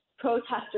Protesters